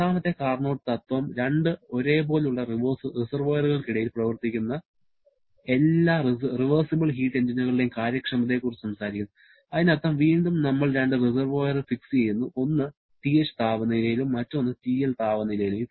രണ്ടാമത്തെ കാർനോട്ട് തത്വം രണ്ട് ഒരേപോലുള്ള റിസെർവോയറുകൾക്കിടയിൽ പ്രവർത്തിക്കുന്ന എല്ലാ റിവേർസിബിൾ ഹീറ്റ് എഞ്ചിനുകളുടെയും കാര്യക്ഷമതയെക്കുറിച്ച് സംസാരിക്കുന്നു അതിനർത്ഥം വീണ്ടും നമ്മൾ രണ്ട് റിസെർവോയർ ഫിക്സ് ചെയ്യുന്നു ഒന്ന് TH താപനിലയിലും മറ്റൊന്ന് TL താപനിലയിലും